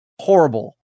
horrible